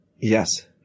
Yes